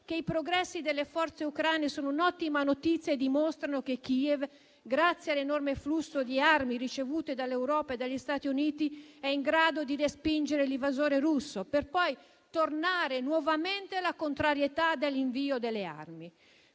che i progressi delle forze ucraine erano un'ottima notizia e dimostravano che Kiev, grazie all'enorme afflusso di armi ricevute dall'Europa e dagli Stati Uniti, era in grado di respingere l'invasore russo; per poi tornare nuovamente alla contrarietà all'invio delle armi.